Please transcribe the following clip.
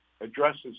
addresses